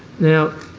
now,